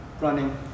running